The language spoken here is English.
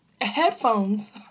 Headphones